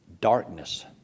Darkness